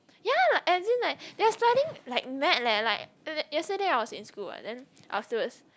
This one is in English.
ya and then they're like studying like mad leh like yes~ yesterday I was in school ah then afterwards